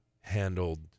handled